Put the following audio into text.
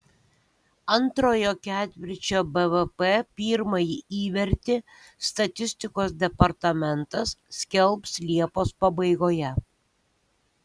antrojo ketvirčio bvp pirmąjį įvertį statistikos departamentas skelbs liepos pabaigoje